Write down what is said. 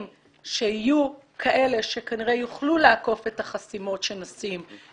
שיהיו כאלה שכנראה יוכלו לעקוף את החסימות שנשים,